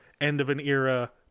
end-of-an-era